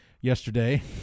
yesterday